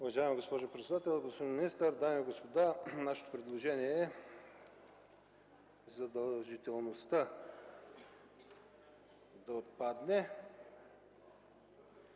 Уважаема госпожо председател, господин министър, дами и господа! Нашето предложение е задължителността да отпадне